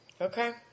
Okay